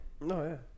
No